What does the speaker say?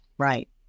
Right